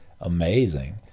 amazing